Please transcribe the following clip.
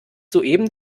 soeben